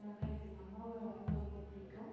அதனால் எனக்கு எங்கள் அம்மாவை ரொம்ப ரொம்ப பிடிக்கும்